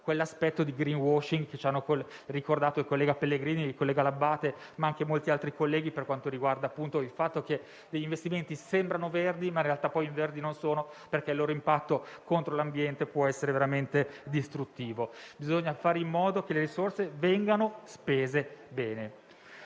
quell'aspetto di *greenwashing* che ci hanno ricordato i colleghi Pellegrini, L'Abbate, ma anche molti altri, per quanto riguarda il fatto che alcuni investimenti sembrano verdi, ma in realtà poi tali non sono perché il loro impatto sull'ambiente può essere veramente distruttivo. Bisogna fare in modo che le risorse vengano spese bene.